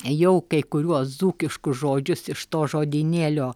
jau kai kuriuos dzūkiškus žodžius iš to žodynėlio